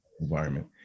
environment